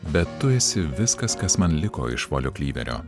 bet tu esi viskas kas man liko iš volio klyverio